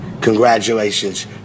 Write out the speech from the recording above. congratulations